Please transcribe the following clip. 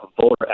voter